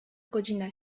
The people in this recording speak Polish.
godzina